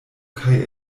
kaj